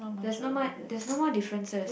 there's no much there's no more differences